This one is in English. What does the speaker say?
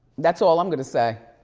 that's so all i'm gonna say.